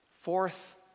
Fourth